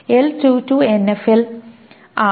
L2 2 NF ൽ ആണോ